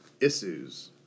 issues